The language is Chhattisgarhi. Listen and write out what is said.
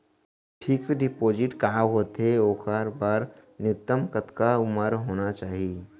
फिक्स डिपोजिट का होथे ओखर बर न्यूनतम कतका उमर होना चाहि?